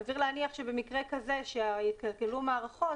סביר להניח שבמקרה כזה שהתקלקלו מערכות,